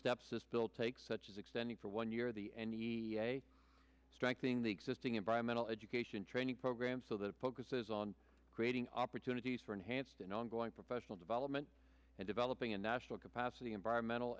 steps this bill takes such as extending for one year the and the strengthening the existing environmental education training program so that focuses on creating opportunities for enhanced and ongoing professional development and developing a national capacity environmental